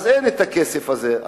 אין הכסף הזה.